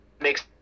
makes